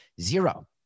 zero